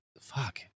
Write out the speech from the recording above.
Fuck